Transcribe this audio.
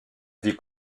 vie